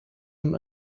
him